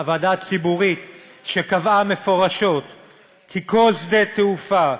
הוועדה הציבורית שקבעה מפורשות כי "כל שדה תעופה,